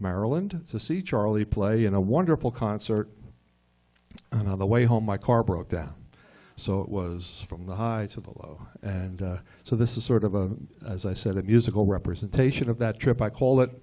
maryland to see charlie play in a wonderful concert and on the way home my car broke down so it was from the highs of the low and so this is sort of a as i said a musical representation of that trip i call it